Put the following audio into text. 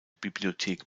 bibliothek